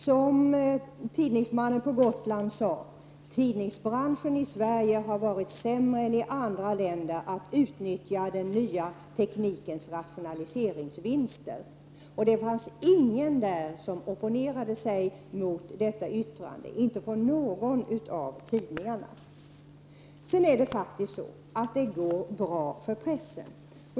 Som tidningsmannen på Gotland sade: Tidningsbranschen i Sverige har varit sämre än i andra länder på att uttnyttja den nya teknikens rationaliseringsvinster. Det var ingen från någon tidning som opponerade sig mot detta yttrande. Det går bra för pressen.